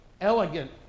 elegant